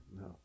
No